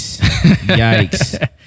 Yikes